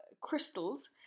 crystals